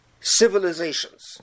civilizations